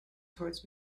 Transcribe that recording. towards